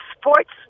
sports